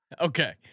Okay